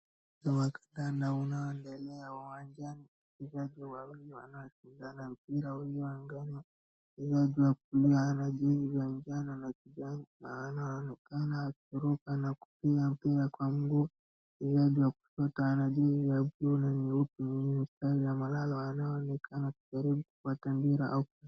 Mkutano unaoendelea uwanjani, wachezaji wawili wanacheza na mpira ulii angani. Mchezaji aliyevaa mavazi ya njano na kijani anaonekana akiruka na kupiga mpira kwa nguvu kuna mwingine aliyevaa sare nyeupe anaonekana kujaribu kuwatandika au...